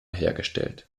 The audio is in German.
hergestellt